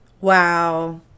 Wow